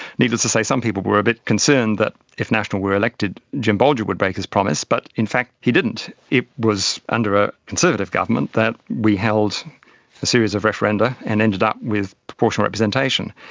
needless to say some people were a bit concerned that if national were elected, jim bolger would break his promise, but in fact he didn't. it was under a conservative government that we held a series of referenda and ended up with proportional representation.